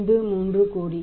53 கோடி